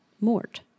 Mort